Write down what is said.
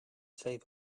save